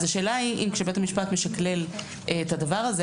אז השאלה היא אם כשבית המשפט משכלל את הדבר הזה,